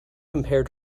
compare